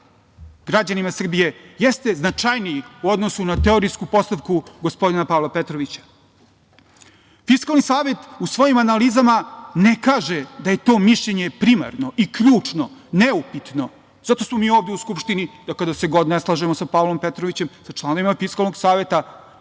građanima Srbije jeste značajniji u odnosu na teorijsku postavku gospodina Pavla Petrovića. Fiskalni savet u svojim analizama ne kaže da je to mišljenje primarno i ključno, neupitno, zato smo mi ovde u Skupštini da kad se god ne slažemo sa Pavlom Petrovićem, sa članovima Fiskalnog saveta